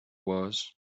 was